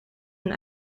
een